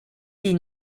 die